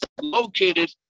located